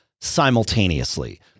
simultaneously